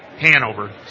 Hanover